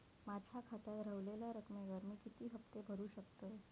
माझ्या खात्यात रव्हलेल्या रकमेवर मी किती हफ्ते भरू शकतय?